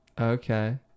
okay